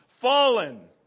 Fallen